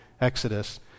Exodus